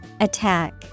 Attack